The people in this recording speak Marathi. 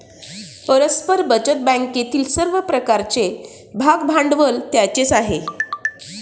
परस्पर बचत बँकेतील सर्व प्रकारचे भागभांडवल त्यांचेच आहे